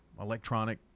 electronic